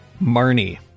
Marnie